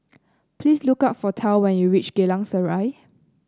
please look for Tal when you reach Geylang Serai